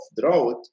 drought